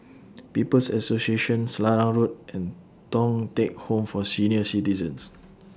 People's Association Selarang Road and Thong Teck Home For Senior Citizens